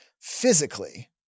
physically